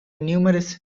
numerous